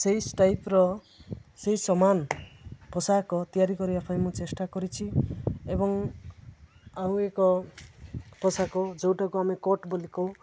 ସେଇ ଟାଇପର ସେଇ ସମାନ ପୋଷାକ ତିଆରି କରିବା ପାଇଁ ମୁଁ ଚେଷ୍ଟା କରିଛି ଏବଂ ଆଉ ଏକ ପୋଷାକ ଯେଉଁଟାକୁ ଆମେ କୋର୍ଟ ବୋଲି କହୁ